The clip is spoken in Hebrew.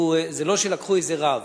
זה לא שלקחו איזה רב.